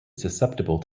susceptible